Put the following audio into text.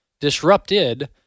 disrupted